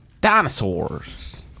Dinosaurs